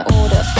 order